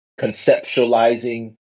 conceptualizing